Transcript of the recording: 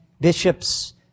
bishops